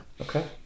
Okay